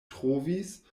trovis